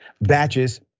Batches